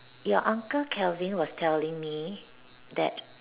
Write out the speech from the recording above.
your uncle Kelvin was telling me that